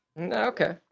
okay